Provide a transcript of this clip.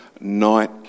night